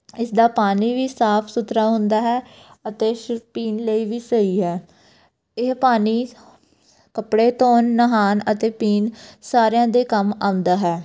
ਇਸਦਾ ਪਾਣੀ ਵੀ ਸਾਫ ਸੁਥਰਾ ਹੁੰਦਾ ਹੈ ਅਤੇ ਸ਼ੁ ਪੀਣ ਲਈ ਵੀ ਸਹੀ ਹੈ ਇਹ ਪਾਣੀ ਕੱਪੜੇ ਧੋਣ ਨਹਾਉਣ ਅਤੇ ਪੀਣ ਸਾਰਿਆਂ ਦੇ ਕੰਮ ਆਉਂਦਾ ਹੈ